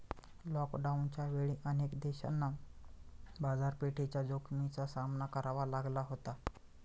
लॉकडाऊनच्या वेळी अनेक देशांना बाजारपेठेच्या जोखमीचा सामना करावा लागला होता